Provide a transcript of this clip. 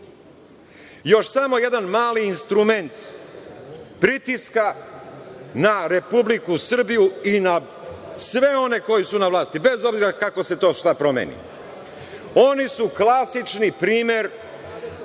Još samo jedan mali instrument pritiska na Republiku Srbiju i na sve one koji su na vlasti, bez obzira kako se to šta promeni. Oni su klasični primer